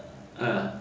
ha